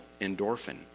endorphin